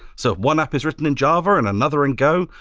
so if one app is written in java and another in go,